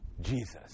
Jesus